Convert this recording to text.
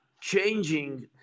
changing